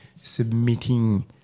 submitting